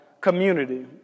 community